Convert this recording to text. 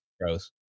gross